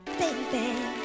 Baby